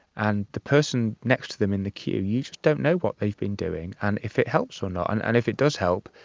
and the person next to them in the queue, you just don't know what they've been doing and if it helps or not. and and if it does help,